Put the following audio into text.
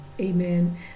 amen